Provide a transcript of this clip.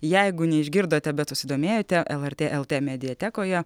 jeigu neišgirdote bet susidomėjote lrt lt mediatekoje